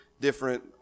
different